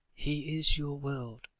he is your world,